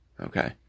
Okay